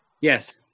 Yes